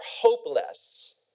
hopeless